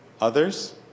others